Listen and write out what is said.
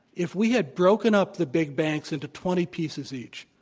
if we had broken up the big banks into twenty pieces each,